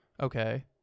Okay